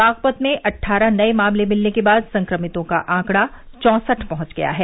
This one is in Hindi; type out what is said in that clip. बागपत में अट्ठारह नए मामले मिलने के बाद संक्रमितों का आंकडा चौसठ पहंच गया है